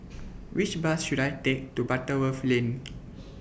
Which Bus should I Take to Butterworth Lane